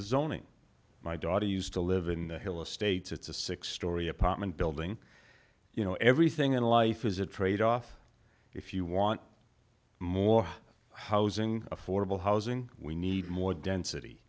owning my daughter used to live in hilla states it's a six story apartment building you know everything in life is a tradeoff if you want more housing affordable housing we need more density